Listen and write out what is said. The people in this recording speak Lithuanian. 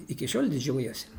iki šiol didžiuojuosi